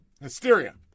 Hysteria